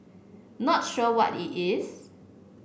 not sure what it is